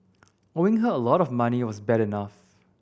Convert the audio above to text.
owing her a lot of money was bad enough